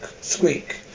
squeak